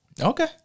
Okay